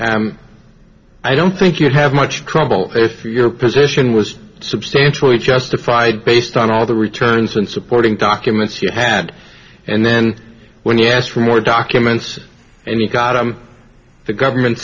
and i don't think you'd have much trouble if your position was substantially justified based on all the returns and supporting documents you had and then when you asked for more documents and we got on the government